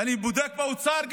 ואני בודק גם באוצר,